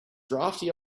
drafty